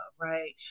right